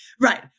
Right